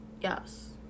Yes